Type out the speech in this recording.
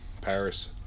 Paris